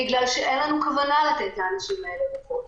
בגלל שאין להם כוונות לתת לאנשים האלה דו"חות,